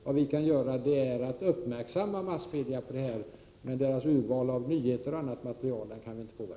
Vad vi kan göra är att uppmärksamma massmedierna på detta. Men när det gäller urval av nyheter m.m. kan vi inte påverka massmedierna.